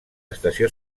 estació